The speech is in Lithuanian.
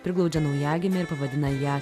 priglaudžia naujagimę ir pavadina ją